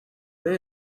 they